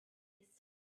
east